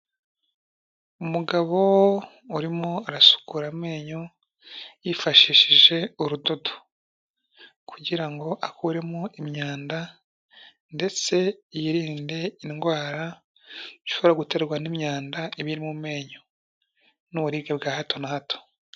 Umugabo urimo arasukura amenyo yifashishije urudodo, kugira ngo akuremo imyanda, ndetse yirinde indwara ishobora guterwa n'imyanda iba iri mu menyo, n'uburibwe bwa hato na hato.